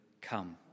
come